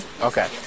Okay